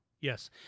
Yes